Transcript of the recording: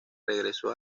regresó